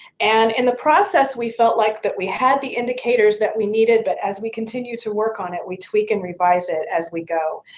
and in the process, we felt like that we had the indicators that we needed, but as we continued to work on it, we tweaked and revised it as we go.